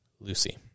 Lucy